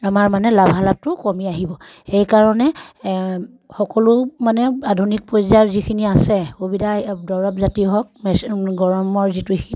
আমাৰ মানে লাভালাভটো কমি আহিব সেইকাৰণে সকলো মানে আধুনিক পৰ্যায়ৰ যিখিনি আছে সুবিধা দৰৱ জাতি হওক মেচিন গৰমৰ যিটো হীট